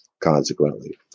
consequently